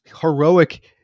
heroic